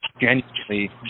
genuinely